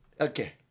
Okay